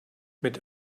mit